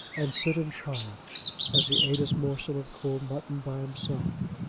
and sit in triumph as he eat his morsel of cold mutton by himself.